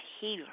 healer